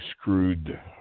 screwed